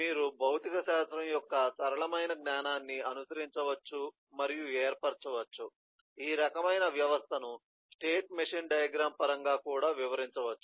మీరు భౌతికశాస్త్రం యొక్క సరళమైన జ్ఞానాన్ని అనుసరించవచ్చు మరియు ఏర్పరచవచ్చు ఈ రకమైన వ్యవస్థను స్టేట్ మెషీన్ డయాగ్రమ్ పరంగా కూడా వివరించవచ్చు